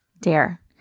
Dare